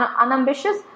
unambitious